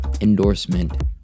endorsement